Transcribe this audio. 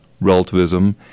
relativism